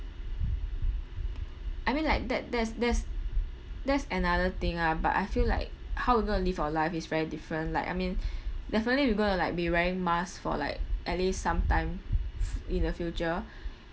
I mean like that~ that's that's that's another thing ah but I feel like how we going to live our life is very different like I mean definitely we going to like be wearing mask for like at least sometime fu~ in the future